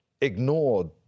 ignored